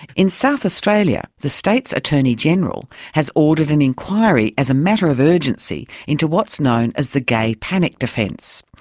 in south australia the state's attorney general has ordered an inquiry as a matter of urgency into what's known as the gay panic defence.